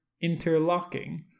interlocking